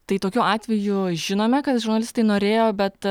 tai tokiu atveju žinome kad žurnalistai norėjo bet